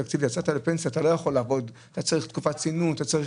אתה לא יכול לעבוד אלא אתה צריך תקופת צינון ואתה צריך